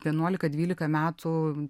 vienuolika dvylika metų